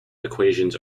equations